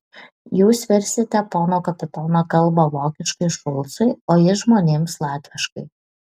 jūs versite pono kapitono kalbą vokiškai šulcui o jis žmonėms latviškai